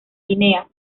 guinea